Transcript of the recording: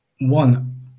one